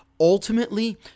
ultimately